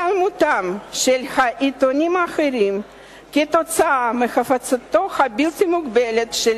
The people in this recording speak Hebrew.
היעלמותם של העיתונים האחרים עקב הפצתו הבלתי-מוגבלת של